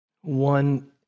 One